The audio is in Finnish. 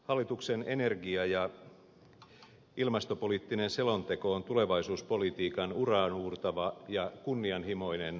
hallituksen energia ja ilmastopoliittinen selonteko on tulevaisuuspolitiikan uraauurtava ja kunnianhimoinen linjaus